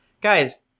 Guys